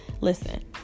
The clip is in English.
Listen